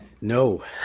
No